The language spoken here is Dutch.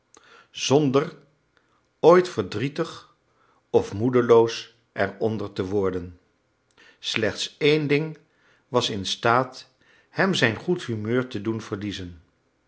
zonder ooit verdrietig of moedeloos er onder te worden slechts één ding was instaat hem zijn goed humeur te doen verliezen